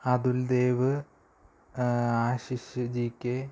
Athuldev Ashish G K